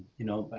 you know,